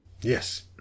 Yes